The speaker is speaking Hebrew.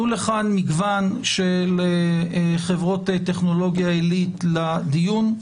מגוון של חברות טכנולוגיה עילית לדיון,